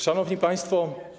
Szanowni Państwo!